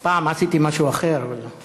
פעם עשיתי משהו אחר, אבל,